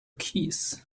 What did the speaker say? keys